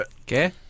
Okay